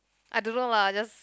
I don't know lah just